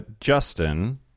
justin